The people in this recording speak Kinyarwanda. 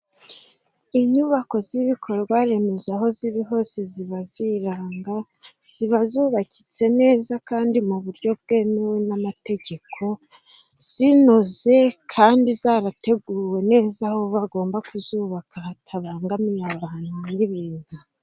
Inyubako z'ibikorwa remezo aho ziri hose ziba ziranga ziba zubakitse neza, kandi mu buryo bwemewe n'amategeko zinoze. Kandi zarateguwe neza aho bagomba kuzubaka, hatabangamiye abantu n'ibintu.